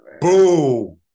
boom